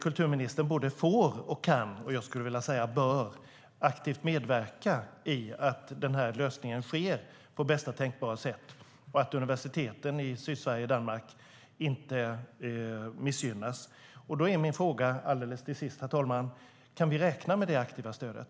Kulturministern både får, kan och bör aktivt medverka till bästa tänkbara lösning och att universiteten i Sydsverige och Danmark inte missgynnas. Herr talman! Kan vi räkna med det aktiva stödet?